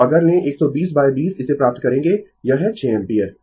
तो अगर लें 12020 इसे प्राप्त करेंगें यह है 6 एम्पीयर